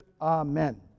amen